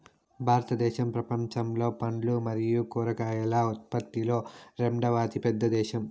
భారతదేశం ప్రపంచంలో పండ్లు మరియు కూరగాయల ఉత్పత్తిలో రెండవ అతిపెద్ద దేశం